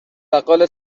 بقال